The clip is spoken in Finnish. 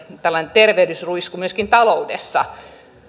tervehdytysruiske myöskin taloudessa